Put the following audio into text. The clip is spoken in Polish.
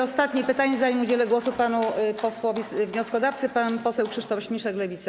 Ostatnie pytanie, zanim udzielę głosu panu posłowi wnioskodawcy, zada pan poseł Krzysztof Śmiszek, Lewica.